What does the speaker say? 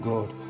God